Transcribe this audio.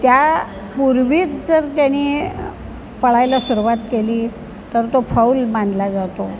त्या पूर्वीच जर त्याने पळायला सुरूवात केली तर तो फौल मानला जातो